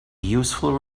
useful